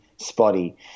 spotty